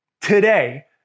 today